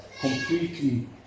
completely